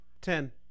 Ten